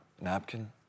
napkin